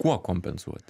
kuo kompensuoti